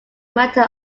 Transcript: matter